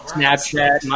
Snapchat